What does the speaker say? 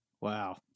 Wow